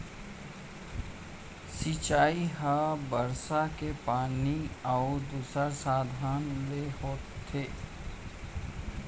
सिंचई ह बरसा के पानी अउ दूसर साधन ले होथे